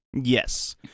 Yes